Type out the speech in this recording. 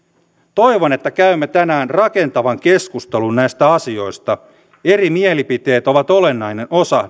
toivon että käymme tänään rakentavan keskustelun näistä asioista eri mielipiteet ovat olennainen osa